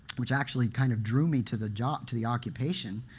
which actually kind of drew me to the job to the occupation.